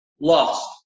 Lost